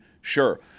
sure